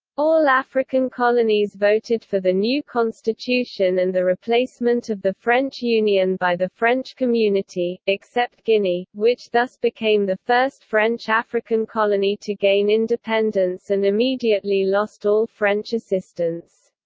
all african colonies voted for the new constitution and the replacement of the french union by the french community, except guinea, which thus became the first french african colony to gain independence and immediately lost all french assistance.